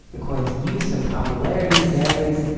the coin's use and popularity varies.